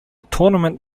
tournament